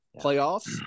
playoffs